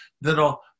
that'll